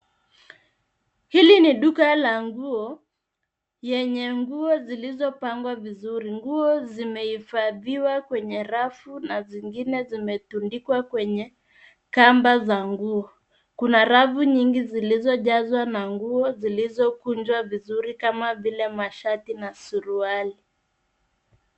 Hili ni duka la nguo yenye nguo zilizopangwa vizuri. Nguo zimeifadhiwa kwenye rafu na zingine zimetundikwa kwenye kamba za nguo. Kuna rafu nyingi zilizojazwa na nguo zilizokunjwa vizuri kama vile mashati na suruali.